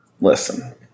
Listen